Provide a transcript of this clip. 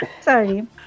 Sorry